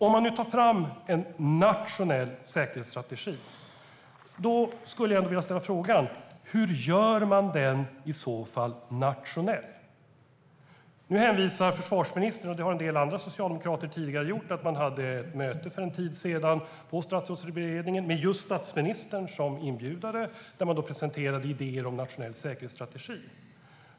Om man nu tar fram en nationell säkerhetsstrategi vill jag ställa frågan: Hur gör man den nationell? Försvarsministern hänvisar, som en del andra socialdemokrater har gjort tidigare, till att man hade möte för en tid sedan på Statsrådsberedningen, med just statsministern som inbjudare, där man presenterade idéer om en nationell säkerhetsstrategi.